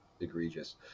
egregious